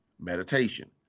meditation